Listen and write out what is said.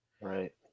Right